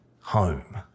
home